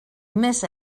més